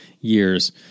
years